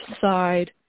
side